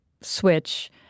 switch